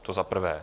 To za prvé.